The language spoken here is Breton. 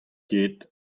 ket